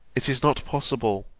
it is not possible,